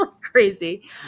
Crazy